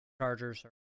Chargers